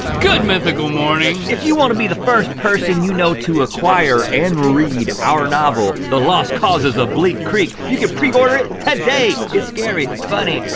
good mythical morning. if you wanna be the first person you know to acquire and read our novel, the lost causes of bleak creek, you can pre-order it today. it's scary, funny,